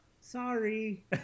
Sorry